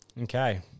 Okay